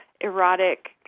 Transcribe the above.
erotic